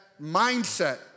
mindset